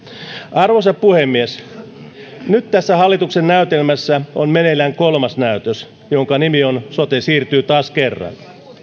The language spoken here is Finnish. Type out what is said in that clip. arvoisa puhemies nyt tässä hallituksen näytelmässä on meneillään kolmas näytös jonka nimi on sote siirtyy taas kerran